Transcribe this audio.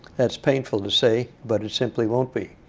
that's painful to say, but it simply won't be.